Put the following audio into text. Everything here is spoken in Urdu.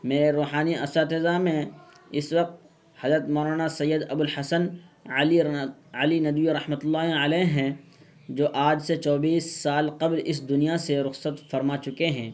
میرے روحانی اساتذہ میں اس وقت حضرت مولانا سید ابو الحسن علی علی ندوی رحمۃ اللہ علیہ ہیں جو آج سے چوبیس سال قبل اس دنیا سے رخصت فرما چکے ہیں